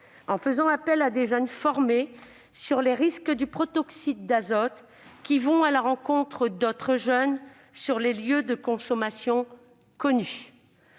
faire appel à des jeunes formés sur les risques du protoxyde d'azote, qui iraient à la rencontre d'autres jeunes sur les lieux de consommation connus.